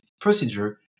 Procedure